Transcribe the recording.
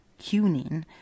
Cunin